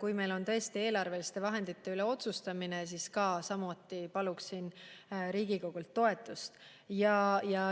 kui meil toimub tõesti eelarveliste vahendite üle otsustamine, siis samuti paluksin Riigikogult toetust.